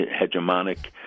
hegemonic